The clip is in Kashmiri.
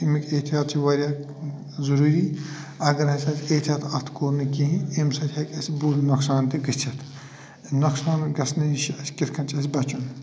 اَمِکۍ احتِیاط چھِ واریاہ ضروٗری اگر اسہِ احتِیاط اَتھ کوٚر نہٕ کِہیٖنۍ امہِ سۭتۍ ہیکہِ اسہِ بوٚڈ نۄقصان تہِ گٔژھِتھ نۄقصان گَژھنہٕ نِش اسہِ کِتھ کٕنۍ چھُ اسہِ بَچُن